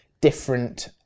different